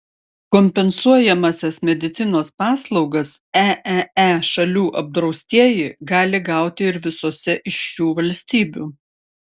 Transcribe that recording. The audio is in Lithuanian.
kompensuojamąsias medicinos paslaugas eee šalių apdraustieji gali gauti ir visose iš šių valstybių